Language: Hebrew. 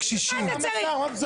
זאת דילמה אמיתית.